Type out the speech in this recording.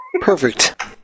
Perfect